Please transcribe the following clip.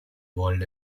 world